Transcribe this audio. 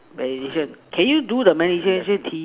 meditation can you do the meditation Tea